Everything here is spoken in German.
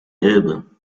elbe